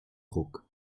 ruck